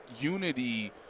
unity